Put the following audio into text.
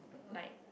like